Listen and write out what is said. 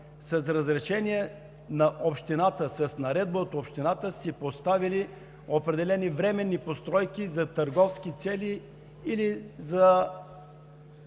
с разрешение на общината, с наредба от общината са си поставили определени временни постройки за търговски цели,